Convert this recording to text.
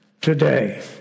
today